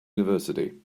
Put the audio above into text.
university